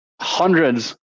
hundreds